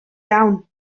iawn